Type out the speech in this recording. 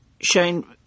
Shane